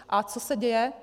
A co se děje?